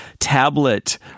tablet